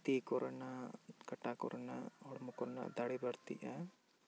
ᱛᱤ ᱠᱚᱨᱮᱱᱟᱜ ᱠᱟᱴᱟ ᱠᱚᱨᱮᱱᱟᱜ ᱦᱚᱲᱢᱚ ᱠᱚᱨᱮᱱᱟᱜ ᱫᱟᱲᱮ ᱵᱟᱹᱲᱛᱤᱜᱼᱟ